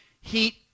heat